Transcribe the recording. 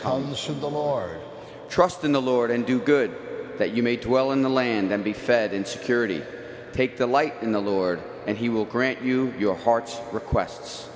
comes from the more trust in the lord and do good that you made to well in the land and be fed in security take the light in the lord and he will grant you your heart's requests